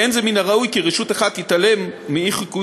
ואין זה ראוי כי רשות אחת תתעלם מאי-חוקיות